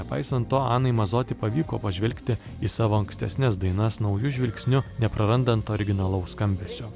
nepaisant to anai mazoti pavyko pažvelgti į savo ankstesnes dainas nauju žvilgsniu neprarandant originalaus skambesio